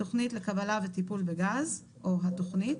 "תוכנית לקבלה וטיפול בגז" או "התוכנית"